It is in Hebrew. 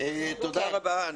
תודה רבה.